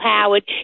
Howard